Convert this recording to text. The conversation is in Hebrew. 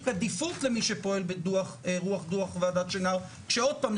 עדיפות למי שפועל ברוח דוח שנהר עוד פעם,